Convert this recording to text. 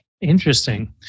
Interesting